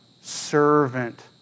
servant